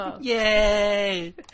Yay